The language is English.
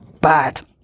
bad